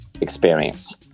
experience